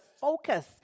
focus